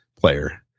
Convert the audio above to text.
player